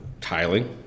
tiling